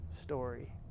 story